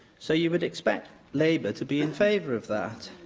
so, you would expect labour to be in favour of that,